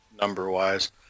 number-wise